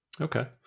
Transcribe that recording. Okay